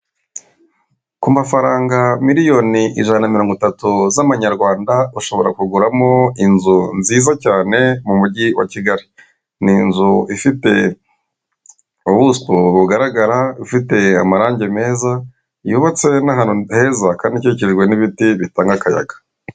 Ku mafaranga miliyoni ijana na mirongo itatu z'amanyarwanda; ushobora kuguramo inzu nziza cyane mu mujyi wa kigali. Ni inzu ifite ubuso bugaragara, ifite amarangi meza, yubatse n'ahantu heza kandi ikikijwe n'ibiti bitanga akayaga.